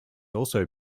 also